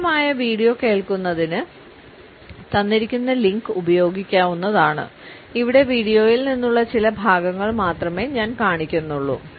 പൂർണ്ണമായ വീഡിയോ കേൾക്കുന്നതിന് തന്നിരിക്കുന്ന ലിങ്ക് ഉപയോഗിക്കാവുന്നതാണ് ഇവിടെ വീഡിയോയിൽ നിന്നുള്ള ചില ഭാഗങ്ങൾ മാത്രമേ ഞാൻ കാണിക്കുന്നുള്ളൂ